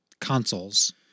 consoles